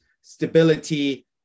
stability